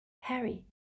Harry